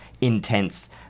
intense